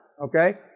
okay